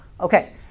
Okay